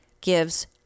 gives